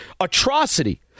atrocity